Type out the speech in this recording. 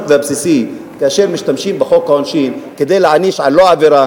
והבסיסי כאשר משתמשים בחוק העונשין כדי להעניש על לא עבירה